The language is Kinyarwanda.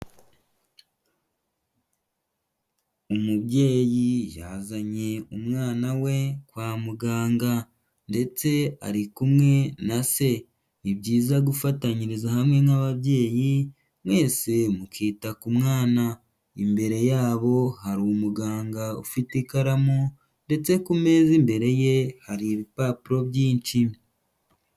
Umubyeyi yazanye umwana we kwa muganga ndetse ari kumwe na se, ni byiza gufatanyiriza hamwe nk'ababyeyi mwese mukita ku mwana. Imbere yabo hari umuganga ufite ikaramu ndetse ku meza imbere ye hari ibipapuro byinshi.